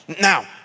now